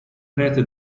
prete